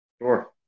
Sure